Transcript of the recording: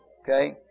Okay